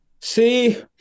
See